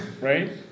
right